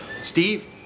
Steve